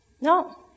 No